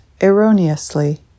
erroneously